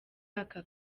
aka